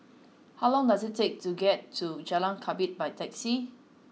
how long does it take to get to Jalan Ketumbit by taxi